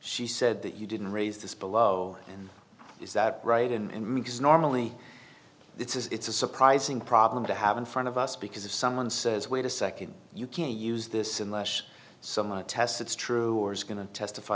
she said that you didn't raise this below in is that right in because normally it's a surprising problem to have in front of us because if someone says wait a second you can't use this in lash someone to test it's true or is going to testify